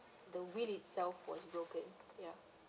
the wheel itself was broken ya